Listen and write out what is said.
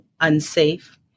unsafe